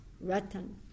Ratan